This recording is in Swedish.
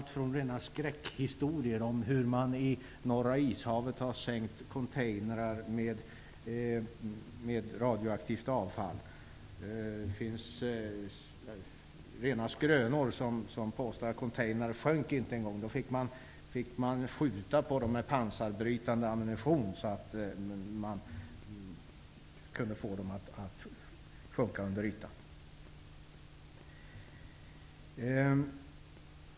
Det finns rena skräckhistorier om hur man i Norra ishavet har sänkt containrar med radioaktivt avfall. Det finns skrönor som berättar att man fick skjuta på containrarna med pansarbrytande ammunition för att få dem att sjunka under ytan.